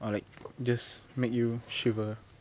or like just make you shiver